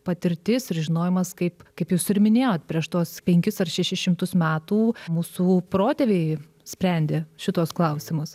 patirtis ir žinojimas kaip kaip jūs ir minėjot prieš tuos penkis ar šešis šimtus metų mūsų protėviai sprendė šituos klausimus